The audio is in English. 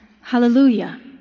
Hallelujah